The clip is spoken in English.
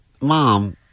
Mom